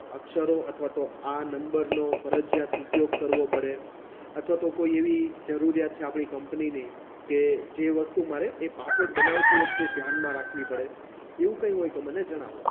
અક્ષરો અથવા તો આ નંબરનો ફરજિયાત ઉપયોગ કરવો પડે અથવા તો કોઈ એવી જરૂરિયાત છે આપણી કંપનીની કે જે વસ્તુ મારે એ પાસવર્ડ બનાવતી વખતે ધ્યાનમાં રાખવી પડે એવું કંઈ હોય તો મને જણાવો